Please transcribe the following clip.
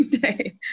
Day